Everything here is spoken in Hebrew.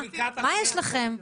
מה יש לכם?